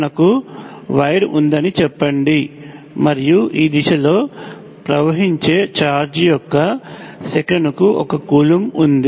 మనకు వైర్ ఉందని చెప్పండి మరియు ఈ దిశలో ప్రవహించే ఛార్జ్ యొక్క సెకనుకు 1 కూలంబ్ ఉంది